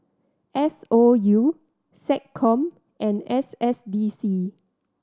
S O U SecCom and S S D C